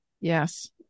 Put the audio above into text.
Yes